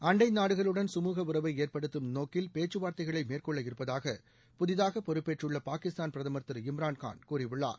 அண்டை நாடுகளுடன் சுமூக உறவை ஏற்படுத்தும் நோக்கில் பேச்சுவார்த்தைகளை மேற்கொள்ள இருப்பதாக புதிதாக பொறுப்பேற்றுள்ள பாகிஸ்தான் பிரதமர் திரு இம்ரான்கான் கூறியுள்ளார்